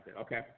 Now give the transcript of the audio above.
Okay